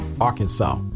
Arkansas